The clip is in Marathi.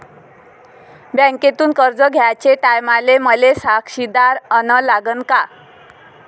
बँकेतून कर्ज घ्याचे टायमाले मले साक्षीदार अन लागन का?